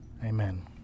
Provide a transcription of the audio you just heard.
Amen